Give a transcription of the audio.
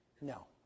No